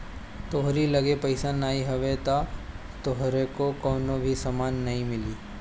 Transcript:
तोहरी लगे पईसा नाइ हवे तअ तोहके कवनो भी सामान नाइ मिली